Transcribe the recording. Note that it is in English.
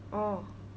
oh